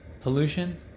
pollution